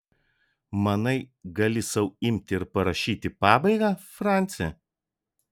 manai gali sau imti ir parašyti pabaigą franci